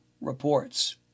reports